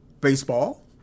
baseball